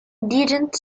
didn’t